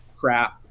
crap